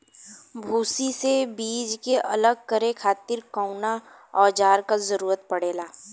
भूसी से बीज के अलग करे खातिर कउना औजार क जरूरत पड़ेला?